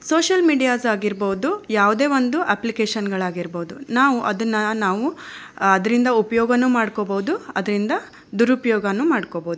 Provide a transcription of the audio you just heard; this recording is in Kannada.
ಸೋಷಿಯಲ್ ಮೀಡಿಯಾಸ್ ಆಗಿರ್ಬೋದು ಯಾವುದೇ ಒಂದು ಅಪ್ಲಿಕೇಶನ್ನುಗಳಾಗಿರ್ಬೋದು ನಾವು ಅದನ್ನು ನಾವು ಅದರಿಂದ ಉಪಯೋಗನೂ ಮಾಡ್ಕೋಬೋದು ಅದರಿಂದ ದುರುಪಯೋಗನೂ ಮಾಡ್ಕೋಬೋದು